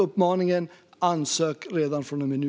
Uppmaningen är alltså: Ansök redan från och med nu!